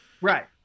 Right